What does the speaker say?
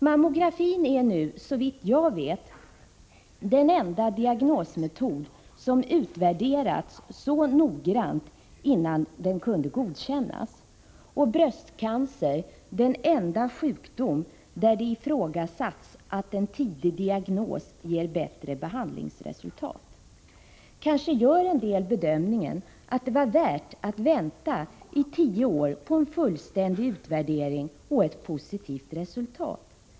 Mammografin är, såvitt jag vet, den enda diagnosmetod som utvärderats så noggrant innan den kunde godkännas och bröstcancer den enda sjukdom där det ifrågasatts om en tidig diagnos ger bättre behandlingsresultat. Kanske en del gör bedömningen att det var värt att vänta i tio år på en fullständig utvärdering och ett positivt resultat.